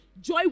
Joy